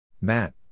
Matt